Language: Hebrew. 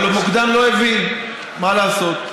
אבל המוקדן לא הבין, מה לעשות?